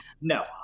No